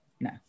No